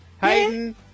Hayden